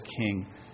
king